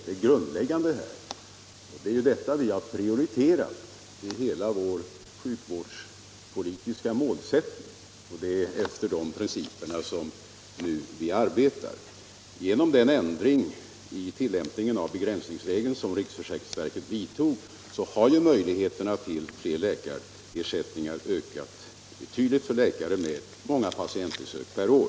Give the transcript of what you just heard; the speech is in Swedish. Den utbyggnaden har vi prioriterat i hela vår sjukvårdspolitiska målsättning. Det är efter de principerna vi arbetar. försäkringsverket vidtog har möjligheterna till fler läkarvårdsersättningar ökat betydligt för läkare med många patientbesök per år.